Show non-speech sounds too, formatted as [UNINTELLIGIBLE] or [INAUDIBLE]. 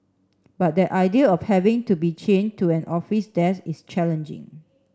but that idea of having to be chained to an office desk is [UNINTELLIGIBLE]